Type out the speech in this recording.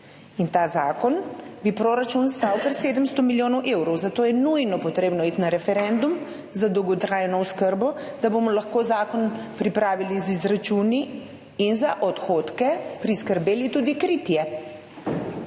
In ta zakon bi proračun stal kar 700 milijonov evrov. Zato je nujno potrebno iti na referendum za dolgotrajno oskrbo, da bomo lahko zakon pripravili z izračuni in za odhodke priskrbeli tudi kritje.